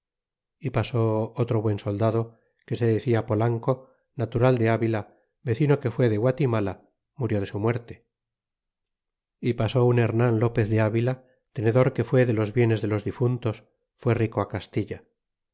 y pasó otro buen soldado que se decia polahco natural de avila vecino que fué de guatimala murió de su muerte y pasó un hernan lopez de avila tenedor que fué de los bienes de los difuntos fué rico castilla